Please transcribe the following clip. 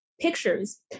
pictures